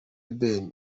ben